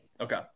okay